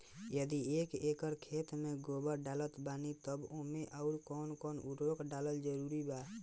यदि एक एकर खेत मे गोबर डालत बानी तब ओमे आउर् कौन कौन उर्वरक डालल जरूरी बा?